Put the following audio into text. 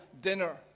dinner